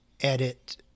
edit